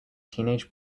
teenage